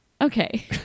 Okay